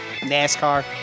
NASCAR